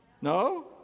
No